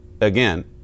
Again